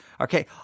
okay